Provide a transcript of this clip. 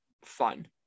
fun